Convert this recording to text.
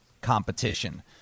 competition